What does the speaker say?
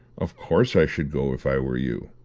of course i should go, if i were you.